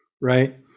right